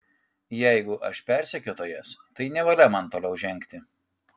jeigu aš persekiotojas tai nevalia man toliau žengti